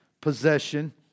possession